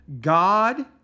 God